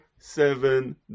seven